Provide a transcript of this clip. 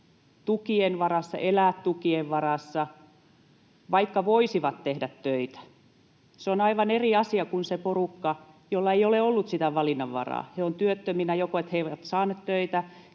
elää tukien varassa, vaikka voisivat tehdä töitä. Se on aivan eri asia kuin se porukka, jolla ei ole ollut valinnanvaraa. He ovat työttöminä siksi, että he eivät ole saaneet töitä,